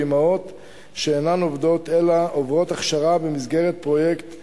לאמהות שאינן עובדות אלא עוברות הכשרה במסגרת פרויקט "אג'יק".